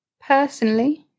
Personally